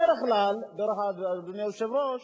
בדרך כלל, אדוני היושב-ראש,